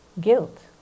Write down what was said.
guilt